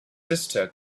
sister